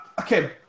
Okay